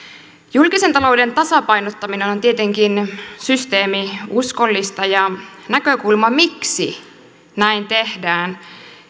julkisen talouden tasapainottaminen on on tietenkin systeemiuskollista ja näkökulma miksi näin tehdään